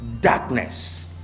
darkness